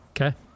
Okay